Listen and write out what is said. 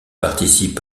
participent